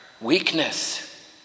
weakness